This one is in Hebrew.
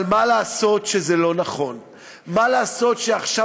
אבל מה לעשות שזה לא נכון?